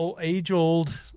age-old